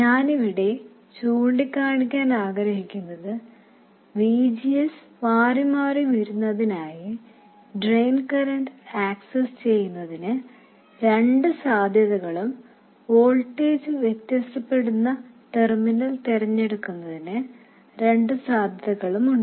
ഞാൻ ഇവിടെ ചൂണ്ടിക്കാണിക്കാൻ ആഗ്രഹിക്കുന്നത് VGS മാറിമാറി വരുന്നതിനായി ഡ്രെയിൻ കറന്റ് ആക്സസ് ചെയ്യുന്നതിന് രണ്ട് സാധ്യതകളും വോൾട്ടേജ് വ്യത്യാസപ്പെടുന്ന ടെർമിനൽ തിരഞ്ഞെടുക്കുന്നതിന് രണ്ട് സാധ്യതകളും ഉണ്ട്